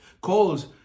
calls